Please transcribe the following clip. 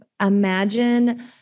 imagine